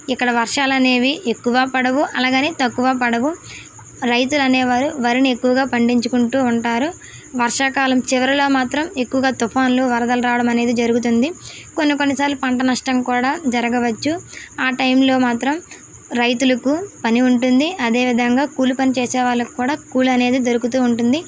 ఇక్కడ వర్షాలు అనేవి ఎక్కువ పడవు అలాగని తక్కువ పడవు రైతులనే వారు వరిని ఎక్కువగా పండించుకుంటూ ఉంటారు వర్షాకాలం చివరలో మాత్రం ఎక్కువగా తుఫాన్లు వరదలు రావడం అనేది జరుగుతుంది కొన్ని కొన్నిసార్లు పంట నష్టం కూడా జరగవచ్చు ఆ టైంలో మాత్రం రైతులుకు పని ఉంటుంది అదే విధంగా కూలి పని చేసే వాళ్ళకు కూడా కూలి అనేది దొరుకుతూ ఉంటుంది